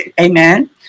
Amen